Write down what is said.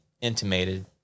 intimated